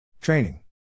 Training